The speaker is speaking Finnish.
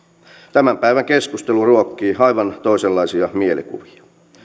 tämän päivän keskustelu ruokkii aivan toisenlaisia mielikuvia